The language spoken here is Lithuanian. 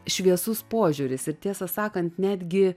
šviesus požiūris ir tiesą sakant netgi